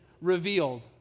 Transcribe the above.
revealed